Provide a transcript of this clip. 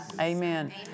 Amen